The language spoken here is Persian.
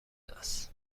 است